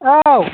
औ